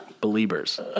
believers